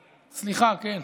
סליחה, כן.